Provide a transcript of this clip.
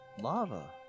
lava